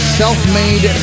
self-made